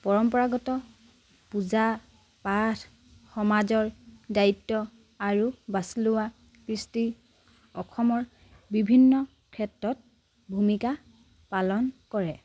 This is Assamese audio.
পৰম্পৰাগত পূজা পাঠ সমাজৰ দায়িত্ব আৰু বাছি লোৱা কৃষ্টি অসমৰ বিভিন্ন ক্ষেত্ৰত ভূমিকা পালন কৰে